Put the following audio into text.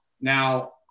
Now